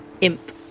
imp